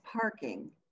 parking